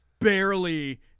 barely